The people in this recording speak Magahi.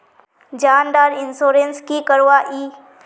जान डार इंश्योरेंस की करवा ई?